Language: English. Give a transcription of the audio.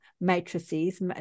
matrices